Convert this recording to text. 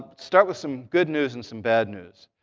start with some good news and some bad news.